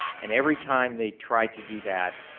and every time they tried to do that,